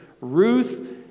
Ruth